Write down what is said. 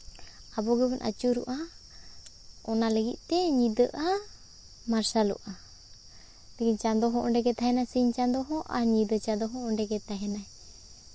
ᱟᱵᱚ ᱜᱮᱵᱚᱱ ᱟᱹᱪᱩᱨᱚᱜᱼᱟ ᱚᱱᱟ ᱞᱟᱹᱜᱤᱫ ᱛᱮ ᱧᱤᱫᱟᱹᱜᱼᱟ ᱢᱟᱨᱥᱟᱞᱚᱜᱼᱟ ᱞᱮᱠᱤᱱ ᱪᱟᱸᱫᱚ ᱦᱚᱸ ᱚᱸᱰᱮᱜᱮ ᱛᱟᱦᱮᱱᱟᱭ ᱥᱤᱧ ᱪᱟᱸᱫᱚ ᱦᱚᱸ ᱧᱤᱫᱟ ᱪᱟᱸᱫᱚ ᱦᱚᱸ ᱚᱸᱰᱮᱜᱮ ᱛᱟᱦᱮᱱᱟᱭ